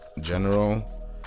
General